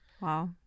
wow